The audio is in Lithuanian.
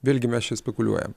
vėlgi mes čia spekuliuojam